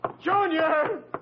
Junior